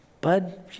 bud